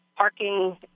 Parking